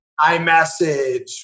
iMessage